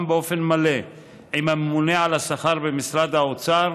באופן מלא עם הממונה על השכר במשרד האוצר,